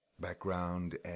background